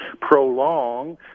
prolong